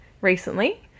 recently